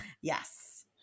Yes